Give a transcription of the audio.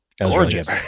gorgeous